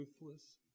ruthless